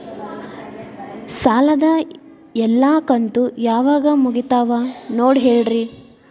ಸಾಲದ ಎಲ್ಲಾ ಕಂತು ಯಾವಾಗ ಮುಗಿತಾವ ನೋಡಿ ಹೇಳ್ರಿ